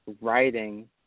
writing